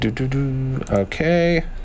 Okay